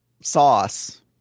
sauce